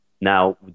now